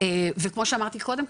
וכמו שאמרתי קודם,